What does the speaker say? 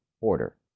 order